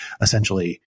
essentially